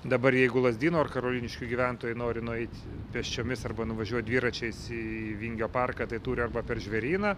dabar jeigu lazdynų karoliniškių gyventojai nori nueit pėsčiomis arba nuvažiuoti dviračiais į vingio parką tai turi arba per žvėryną